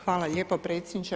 Hvala lijepo predsjedniče.